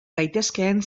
daitezkeen